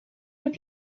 dut